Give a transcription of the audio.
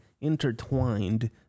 intertwined